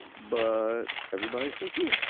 but everybody says you.